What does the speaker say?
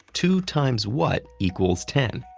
two times what equals ten?